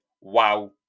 wow